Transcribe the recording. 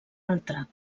altra